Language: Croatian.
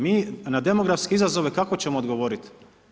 MI na demografske izazove kako ćemo odgovoriti?